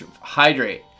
Hydrate